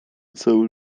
całe